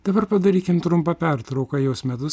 dabar padarykim trumpą pertrauką jos metu